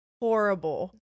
horrible